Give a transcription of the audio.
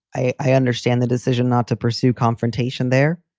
i understand the decision not to pursue confrontation there.